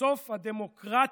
"סוף הדמוקרטיה",